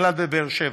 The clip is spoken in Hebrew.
מקלט בבאר-שבע,